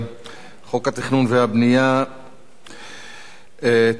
חוק התכנון והבנייה (תיקון,